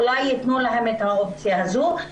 אולי יתנו להם את האופציה הזו.